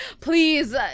Please